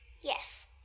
Yes